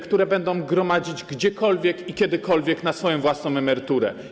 które będą gromadzić gdziekolwiek i kiedykolwiek na swoją własną emeryturę?